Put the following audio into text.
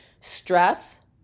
Stress